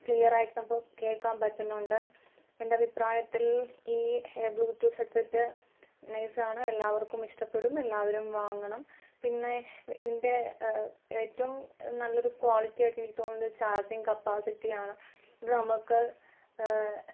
ക്ലിയറായിട്ട് നമുക്ക് കേൾക്കാൻ പറ്റുന്നുണ്ട് എൻ്റെ അഭിപ്രായത്തിൽ ഈ ബ്ലൂടൂത്ത് ഹെഡ് സെറ്റ് നൈസാണ് എല്ലാവർക്കും ഇഷ്ടപ്പെടും എല്ലാവരും വാങ്ങണം പിന്നെ ഇതിൻ്റെ ഏറ്റവും നല്ലൊരു ക്വാളിറ്റിയായിട്ട് എനിക്ക് തോന്നിയത് ചാർജിങ് കപ്പാസിറ്റിയാണ് ഇത് നമുക്ക്